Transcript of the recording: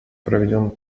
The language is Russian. проведен